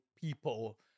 people